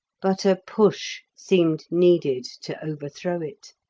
but a push seemed needed to overthrow it.